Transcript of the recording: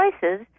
choices